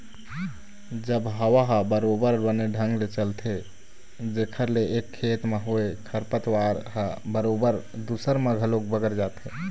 जब हवा ह बरोबर बने ढंग ले चलथे जेखर ले एक खेत म होय खरपतवार ह बरोबर दूसर म घलोक बगर जाथे